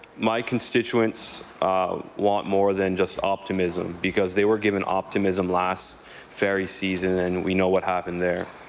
my constituents want more than just optimism because they were given optimism last ferry season, and we know what happened there.